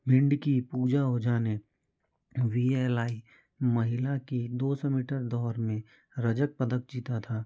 भिंड की पूजा ओझा ने V L I महिला की दो सौ मीटर दौर में रजत पदक जीता था